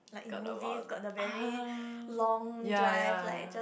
got a lot ah ya ya ya